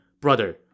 Brother